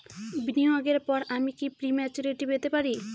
বিনিয়োগের পর আমি কি প্রিম্যচুরিটি পেতে পারি?